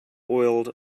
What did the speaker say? oiled